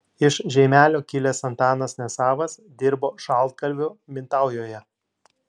iš žeimelio kilęs antanas nesavas dirbo šaltkalviu mintaujoje